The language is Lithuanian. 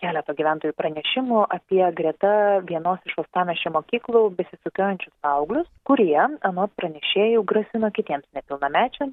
keleto gyventojų pranešimų apie greta vienos iš uostamiesčio mokyklų besisukiojančius paauglius kurie anot pranešėjų grasino kitiems nepilnamečiam